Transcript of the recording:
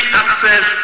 access